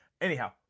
anyhow